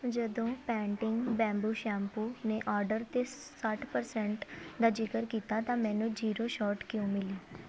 ਜਦੋਂ Pantene bamboo shampoo ਨੇ order 'ਤੇ ਸੱਠ ਪ੍ਰਸੈਂਟ ਦਾ ਜ਼ਿਕਰ ਕੀਤਾ ਤਾਂ ਮੈਨੂੰ ਜੀਰੋ ਛੋਟ ਕਿਉਂ ਮਿਲੀ